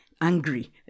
angry